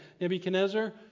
Nebuchadnezzar